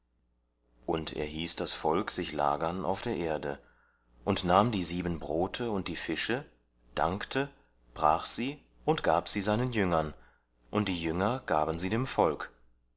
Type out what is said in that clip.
und er hieß das volk sich lagern auf die erde und nahm die sieben brote und die fische dankte brach sie und gab sie seinen jüngern und die jünger gaben sie dem volk